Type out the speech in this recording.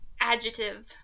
Adjective